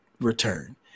return